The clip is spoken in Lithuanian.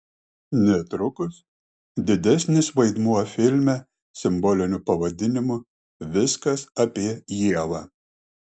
netrukus didesnis vaidmuo filme simboliniu pavadinimu viskas apie ievą